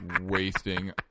wasting